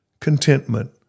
contentment